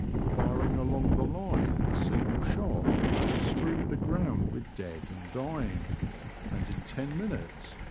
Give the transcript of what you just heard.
firing along the line a single shot strewed the ground with dead and dying and in ten minutes,